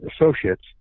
associates